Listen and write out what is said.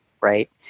right